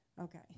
Okay